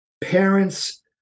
parents